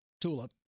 Tulip